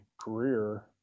career